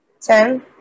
Ten